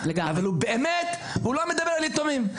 אבל הוא לא מדבר על יתומים,